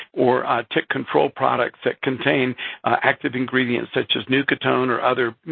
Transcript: or tick control products that contain active ingredients, such as nootkatone or other